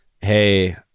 hey